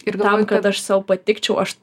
ir tam kad aš sau patikčiau aš